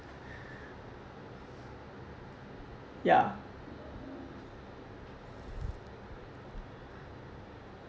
ya